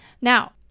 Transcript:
now